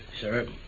Sir